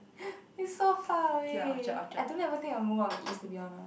it's so far away I don't ever think I would move out of East to be honest